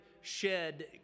shed